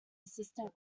assistant